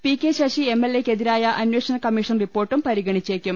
പ്രി K Sasi M എൽഎക്കെ തിരായ അന്വേഷണ കമ്മീഷൻ റിപ്പോർട്ടും പരിഗണിച്ചേക്കും